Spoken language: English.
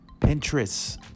Pinterest